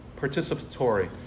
participatory